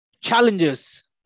challenges